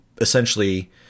essentially